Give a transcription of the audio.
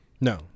No